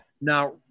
now